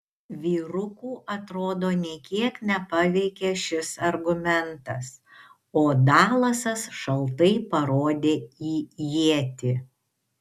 vyrukų atrodo nė kiek nepaveikė šis argumentas o dalasas šaltai parodė į ietį